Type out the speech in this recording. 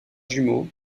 jumeau